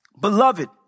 Beloved